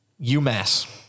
UMass